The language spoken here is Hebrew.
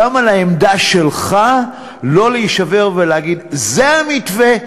גם על העמדה שלך לא להישבר ולהגיד: זה המתווה,